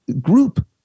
group